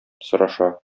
сораша